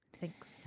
Thanks